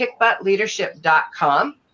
kickbuttleadership.com